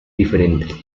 diferentes